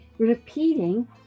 repeating